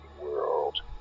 world